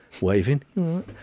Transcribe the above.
waving